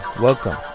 welcome